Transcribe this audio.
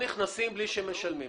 לא נכנסים בלי שמשלמים.